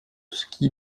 ski